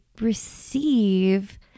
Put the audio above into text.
receive